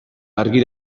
argi